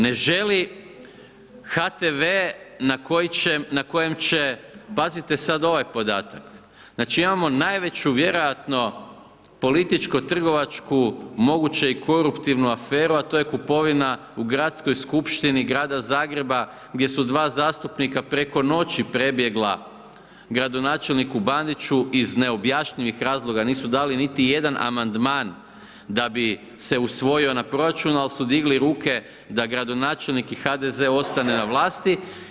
Ne želi HTV na kojem će, pazite sad ovaj podatak, znači imamo najveću vjerojatno političko trgovačku moguće i koruptivnu aferu a to je kupovina u Gradskoj skupštini Grada Zagreba gdje su dva zastupnika preko noći prebjegla gradonačelniku Bandiću iz neobjašnjivih razloga, nisu dali niti jedan amandman da bi se usvojio na proračun ali su digli ruke da gradonačelnik i HDZ ostane na vlasti.